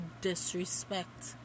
disrespect